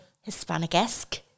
Hispanic-esque